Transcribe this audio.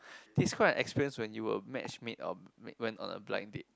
describe an experience when you were match made or went on a blind date